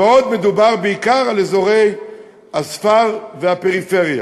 ועוד מדובר בעיקר על אזורי הספר והפריפריה.